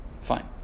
fine